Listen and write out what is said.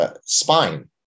spine